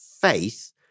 faith